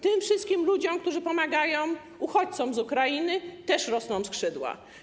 Tym wszystkim ludziom, którzy pomagają uchodźcom z Ukrainy, też rosną skrzydła.